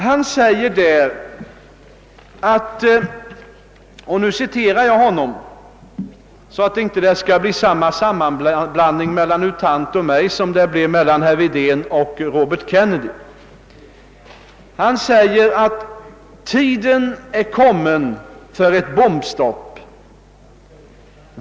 Han säger där — nu citerar jag honom så att inte det skall bli en sådan sammanblandning mellan U Thant och mig som det blev mellan herr Wedén och Robert Kennedy. U Thant säger alltså: »Tiden är kommen för ett bombstopp.